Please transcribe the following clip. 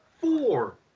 Four